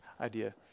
idea